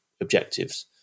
objectives